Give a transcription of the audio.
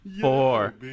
Four